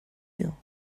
you